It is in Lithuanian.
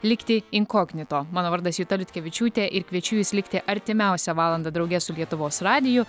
likti inkognito mano vardas juta liutkevičiūtė ir kviečiu jus likti artimiausią valandą drauge su lietuvos radiju